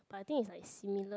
but I think is like similar